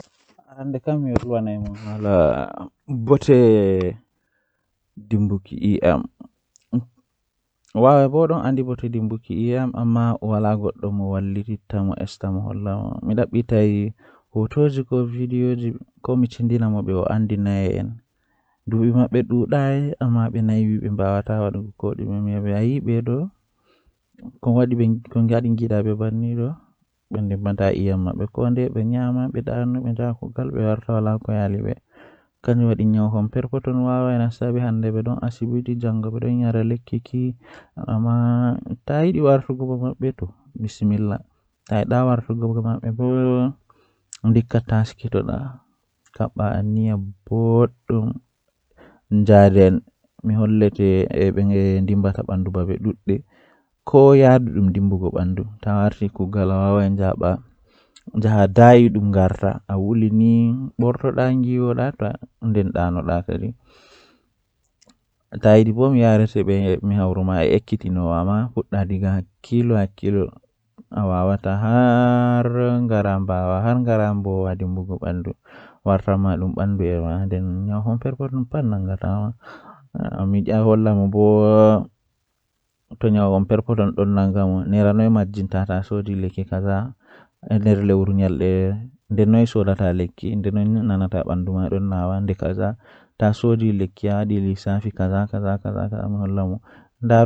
Masin ma dabbaji ɗon ekita hunde ɗudɗum haa derdidaaɓe mabɓe dabbaji ndabbawa don wada hunde to ndabbawa bandiko mum don ndara jango o ekitan malla dada don wada bingel don ndaara ko dada wadata hoosan ko dada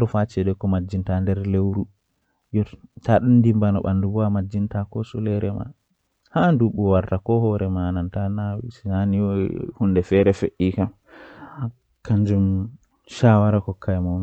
mana wadata